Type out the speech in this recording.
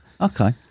okay